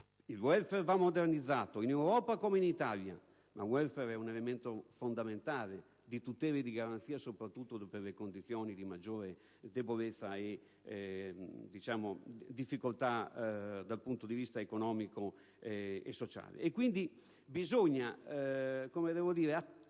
Il *welfare* va modernizzato, in Europa come in Italia, ma è un elemento fondamentale di tutela e di garanzia soprattutto per chi versa in condizioni di maggiore debolezza e difficoltà, dal punto di vista economico e sociale.